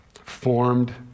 formed